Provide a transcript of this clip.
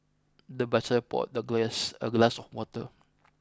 the butler poured the guest a glass of water